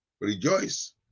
Rejoice